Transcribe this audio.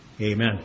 Amen